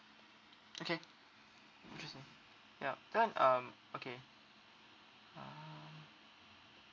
okay interesting yup then um okay ah